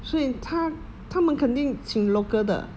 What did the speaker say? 所以他他们肯定请的